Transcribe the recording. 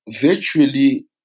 virtually